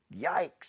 Yikes